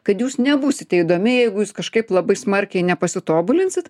kad jūs nebūsite įdomi jeigu jūs kažkaip labai smarkiai nepasitobulinsit